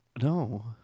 No